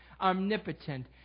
omnipotent